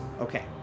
Okay